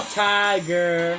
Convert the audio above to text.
tiger